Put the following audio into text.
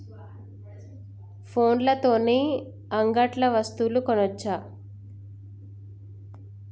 ఫోన్ల తోని అంగట్లో వస్తువులు కొనచ్చా?